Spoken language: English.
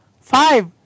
five